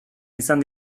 izan